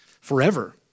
Forever